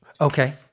Okay